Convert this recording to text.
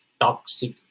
toxic